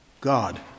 God